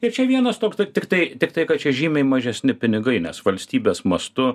ir čia vienas toks tiktai tiktai kad čia žymiai mažesni pinigai nes valstybės mastu